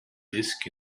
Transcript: disk